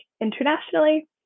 internationally